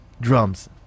Drums